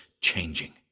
changing